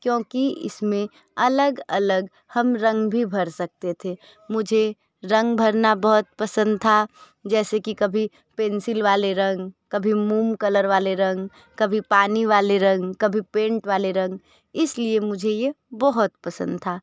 क्योंकि इसमें अलग अलग हम रंग भी भर सकते थे मुझे रंग भरना बहुत पसंद था जैसे कि कभी पेंसिल वाले रंग कभी मोम कलर वाले रंग कभी पानी वाले रंग कभी पेंट वाले रंग इसलिए मुझे ये बहुत पसंद था